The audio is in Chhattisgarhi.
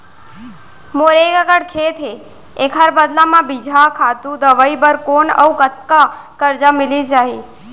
मोर एक एक्कड़ खेत हे, एखर बदला म बीजहा, खातू, दवई बर कोन अऊ कतका करजा मिलिस जाही?